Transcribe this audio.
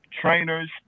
trainers